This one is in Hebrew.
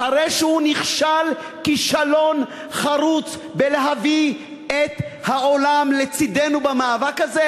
אחרי שהוא נכשל כישלון חרוץ בלהביא את העולם לצדנו במאבק הזה?